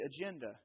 agenda